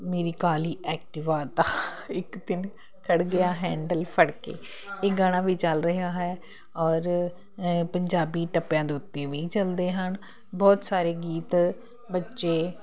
ਮੇਰੀ ਕਾਲੀ ਐਕਟੀਵਾ ਦਾ ਇਕ ਦਿਨ ਖੜ ਗਿਆ ਹੈਂਡਲ ਫੜ ਕੇ ਇਹ ਗਾਣਾ ਵੀ ਚੱਲ ਰਿਹਾ ਹੈ ਔਰ ਪੰਜਾਬੀ ਟੱਪਿਆਂ ਦੇ ਉੱਤੇ ਵੀ ਚਲਦੇ ਹਨ ਬਹੁਤ ਸਾਰੇ ਗੀਤ ਬੱਚੇ